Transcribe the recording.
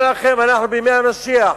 אני אומר לכם, אנחנו בימי המשיח.